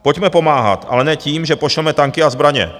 Pojďme pomáhat, ale ne tím, že pošleme tanky a zbraně.